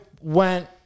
went